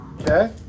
Okay